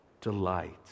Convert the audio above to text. delight